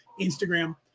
Instagram